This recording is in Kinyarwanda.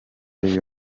real